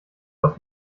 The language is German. aus